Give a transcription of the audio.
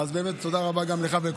אז באמת, תודה רבה גם לך.